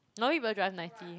normally people drive ninety